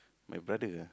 my brother ah